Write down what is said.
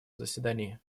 заседании